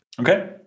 Okay